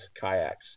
kayaks